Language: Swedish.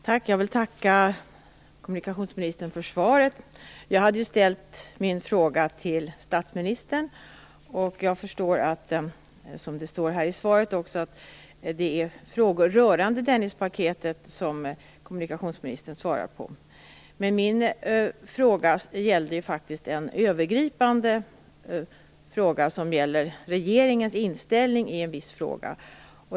Fru talman! Jag vill tacka kommunikationsministern för svaret. Jag hade ju ställt min fråga till statsministern, och jag förstår, som det står i svaret också, att det är frågor rörande Dennispaketet som kommunikationsministern svarar på. Men jag ställde faktiskt en övergripande fråga som gäller regeringens inställning i en viss fråga.